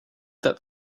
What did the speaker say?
that